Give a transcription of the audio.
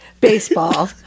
baseball